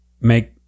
make